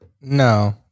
no